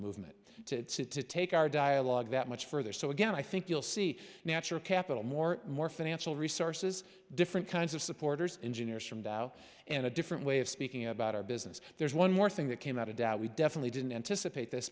movement to make our dialogue that much further so again i think you'll see natural capital more more financial resources different kinds of supporters engineers from tao and a different way of speaking about our business there's one more thing that came out a doubt we definitely didn't anticipate this